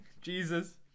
Jesus